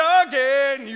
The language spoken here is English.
again